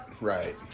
right